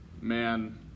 Man